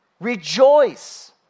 Rejoice